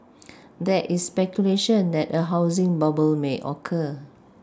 there is speculation that a housing bubble may occur